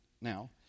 Now